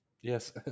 yes